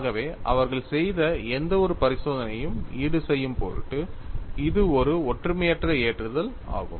ஆகவே அவர்கள் செய்த எந்தவொரு பரிசோதனையையும் ஈடுசெய்யும் பொருட்டு இது ஒரு ஒற்றுமையற்ற ஏற்றுதல் ஆகும்